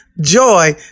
joy